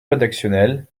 rédactionnel